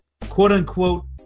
quote-unquote